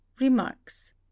remarks